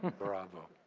bravo.